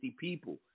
people